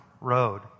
road